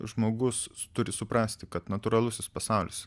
žmogus turi suprasti kad natūralusis pasaulis